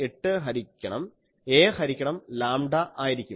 8 ഹരിക്കണം a ഹരിക്കണം lambda ആയിരിക്കും